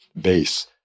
base